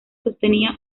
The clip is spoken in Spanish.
sostenía